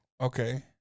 Okay